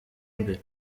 imbere